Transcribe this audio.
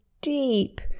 deep